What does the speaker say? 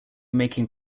making